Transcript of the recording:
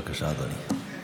בבקשה, אדוני.